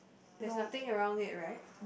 there's nothing around it right